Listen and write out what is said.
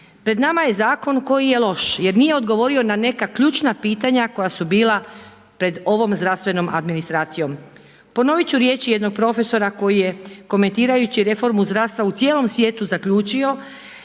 Pred nama je zakon koji je loš jer nije odgovorio na neka ključna pitanja koja su bila pred ovom zdravstvenom administracijom. Ponovit ću riječi jednog profesora koji je komentirajući reformu zdravstva u cijelom svijetu zaključio